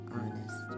honest